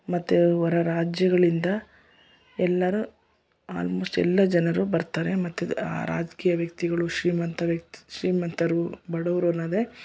ಮತ್ತು ಹೊರ ರಾಜ್ಯಗಳಿಂದ ಎಲ್ಲರೂ ಆಲ್ಮೋಸ್ಟ್ ಎಲ್ಲ ಜನರು ಬರ್ತಾರೆ ಮತ್ತು ಆ ರಾಜಕೀಯ ವ್ಯಕ್ತಿಗಳು ಶ್ರೀಮಂತ ವ್ಯಕ್ತಿ ಶ್ರೀಮಂತರು ಬಡವರು ಅನ್ನದೇ